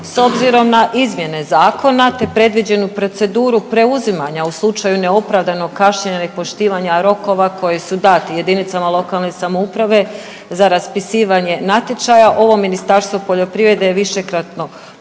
S obzirom na izmjene zakona te predviđenu proceduru preuzimanja u slučaju neopravdanog kašnjenja, nepoštivanja rokova koji su dati jedinicama lokalne samouprave za raspisivanje natječaja, ovo Ministarstvo poljoprivrede je višekratno,